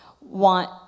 want